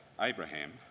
Abraham